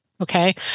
okay